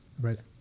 Right